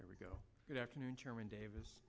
there we go good afternoon chairman davis